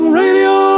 radio